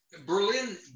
Berlin